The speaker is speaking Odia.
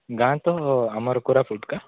ଗାଁ ତ ଆମର କୋରାପୁଟ୍ ଗାଁ